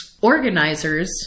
organizers